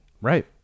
Right